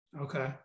Okay